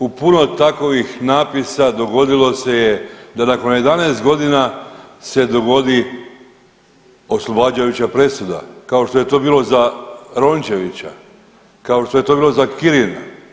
U puno takovih natpisa dogodilo se je da nakon 11 godina se dogodi oslobađajuća presuda kao što je to bilo za Rončevića, kao što je to bilo za Kirina.